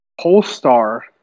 Polestar